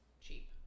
cheap